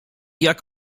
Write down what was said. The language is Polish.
jak